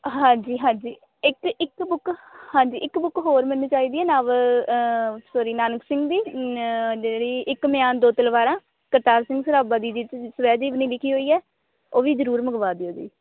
ਹਾਂਜੀ ਹਾਂਜੀ ਇੱਕ ਇੱਕ ਬੁੱਕ ਹਾਂਜੀ ਇੱਕ ਬੁੱਕ ਹੋਰ ਮੈਨੂੰ ਚਾਹੀਦੀ ਹੈ ਨਾਵ ਸੋਰੀ ਨਾਨਕ ਸਿੰਘ ਦੀ ਨ ਜਿਹੜੀ ਇੱਕ ਮਿਆਨ ਦੋ ਤਲਵਾਰਾਂ ਕਰਤਾਰ ਸਿੰਘ ਸਰਾਭਾ ਦੀ ਜਿਸ ਸਵੈ ਜੀਵਨੀ ਲਿਖੀ ਹੋਈ ਹੈ ਉਹ ਵੀ ਜ਼ਰੂਰ ਮੰਗਵਾ ਦਿਓ ਜੀ